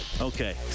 Okay